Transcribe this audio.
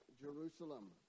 Jerusalem